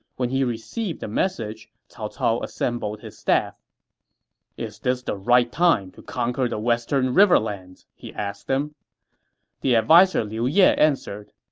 when he received the message, cao cao assembled his staff is this the right time to conquer the western riverlands? he asked them the adviser liu ye answered,